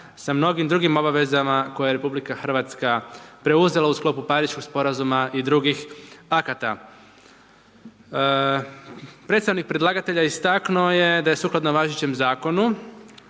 sa mnogim drugim obavezama koje je RH, preuzela u sklopu Pariškog sporazuma i drugih akata. Predstavnik predlagatelja istaknuo je da sukladno važećem zakonu,